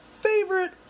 favorite